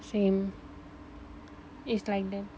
same is like they